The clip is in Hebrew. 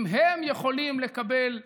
אם הם יכולים לקבל,